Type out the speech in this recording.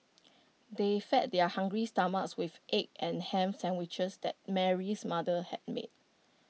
they fed their hungry stomachs with the egg and Ham Sandwiches that Mary's mother had made